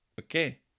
Okay